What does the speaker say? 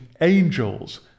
angels